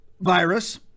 virus